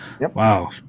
wow